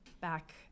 back